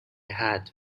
had